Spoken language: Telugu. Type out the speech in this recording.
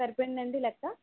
సరిపోయిందాండీ లెక్క